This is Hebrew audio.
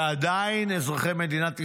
ועדיין אזרחי מדינת ישראל,